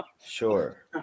sure